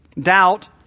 Doubt